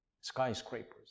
skyscrapers